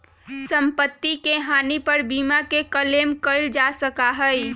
सम्पत्ति के हानि पर बीमा के क्लेम कइल जा सका हई